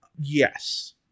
Yes